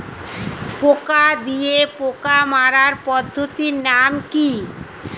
পোকা দিয়ে পোকা মারার পদ্ধতির নাম কি?